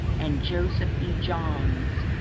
and joseph e. johns